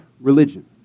religion